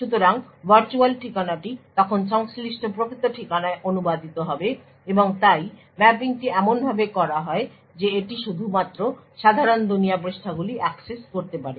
সুতরাং ভার্চুয়াল ঠিকানাটি তখন সংশ্লিষ্ট প্রকৃত ঠিকানায় অনুবাদিত হবে এবং তাই ম্যাপিংটি এমনভাবে করা হয় যে এটি শুধুমাত্র সাধারণ দুনিয়া পৃষ্ঠাগুলি অ্যাক্সেস করতে পারে